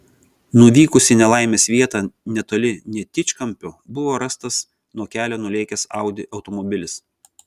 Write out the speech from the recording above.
nuvykus į nelaimės vietą netoli netičkampio buvo rastas nuo kelio nulėkęs audi automobilis